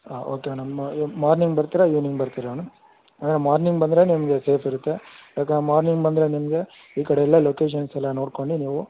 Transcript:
ಹಾಂ okay madam morning ಬರ್ತೀರಾ evening ಬರ್ತೀರಾ ಮೇಡಮ್ ಅಂದರೆ ಮಾರ್ನಿಂಗ್ ಬಂದರೆ ನಿಮಗೆ ಸೇಫ್ ಇರುತ್ತೆ ಯಾಕಂದ್ರೆ ಮಾರ್ನಿಂಗ್ ಬಂದರೆ ನಿಮಗೆ ಈ ಕಡೆ ಎಲ್ಲ ಲೊಕೇಷನ್ಸ್ ಎಲ್ಲ ನೋಡ್ಕೊಂಡು ನೀವು